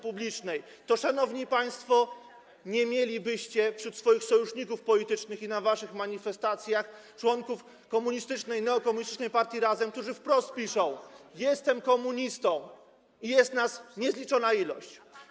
publicznej, to, szanowni państwo, nie mielibyście wśród swoich sojuszników politycznych i na waszych manifestacjach członków komunistycznej, neokomunistycznej Partii Razem, którzy wprost piszą: jestem komunistą i jest nas niezliczona ilość.